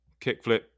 Kickflip